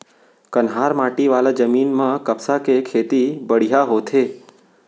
कन्हार माटी वाला जमीन म कपसा के खेती बड़िहा होथे